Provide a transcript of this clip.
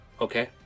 Okay